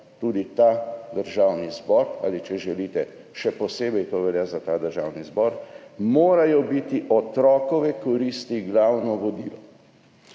tudi Državni zbor, ali če želite, še posebej to velja za Državni zbor, »morajo biti otrokove koristi glavno vodilo.«